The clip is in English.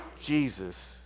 Jesus